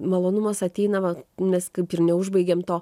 malonumas ateina va mes kaip ir neužbaigėm to